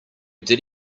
did